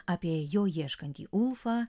apie jo ieškantį ulfą